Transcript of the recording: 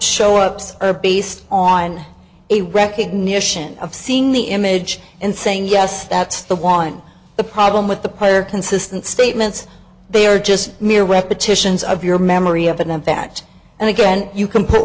show ups are based on a recognition of seeing the image and saying yes that's the want the problem with the player consistent statements they are just mere repetitions of your memory of an impact and again you can put